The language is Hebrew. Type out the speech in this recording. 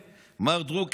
ולכן, מר דרוקר,